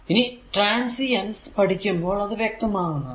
ഇനി ട്രാൻസിയൻറ്സ് പഠിക്കുമ്പോൾ അത് വ്യക്തമാകുന്നതാണ്